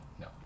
No